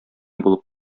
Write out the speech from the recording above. булып